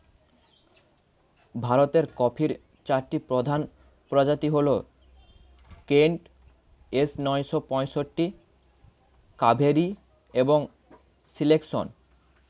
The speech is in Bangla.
ভারতের কফির চারটি প্রধান প্রজাতি হল কেন্ট, এস নয়শো পঁয়ষট্টি, কাভেরি এবং সিলেকশন